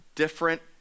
different